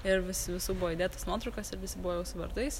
ir visi visų buvo įdėtos nuotraukos ir visi buvo jau su vardais